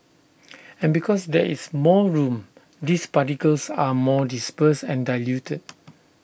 and because there is more room these particles are more dispersed and diluted